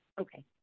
Okay